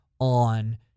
on